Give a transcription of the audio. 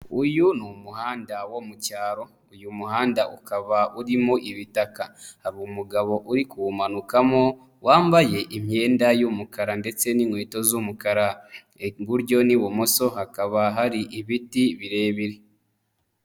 Uyu ni umuhanda wo mu cyaro, uyu muhanda ukaba urimo ibitaka, hari umugabo uri kuwumanukamo, wambaye imyenda y'umukara ndetse n'inkweto z'umukara, iburyo n'ibumoso hakaba hari ibiti birebire.